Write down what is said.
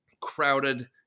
crowded